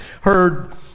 heard